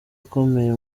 akomeye